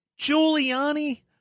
Giuliani